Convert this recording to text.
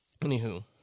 Anywho